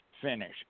finish